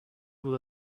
will